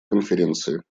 конференции